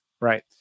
Right